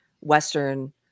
Western